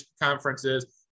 conferences